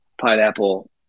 pineapple